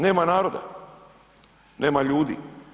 Nema naroda, nema ljudi.